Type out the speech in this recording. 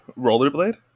rollerblade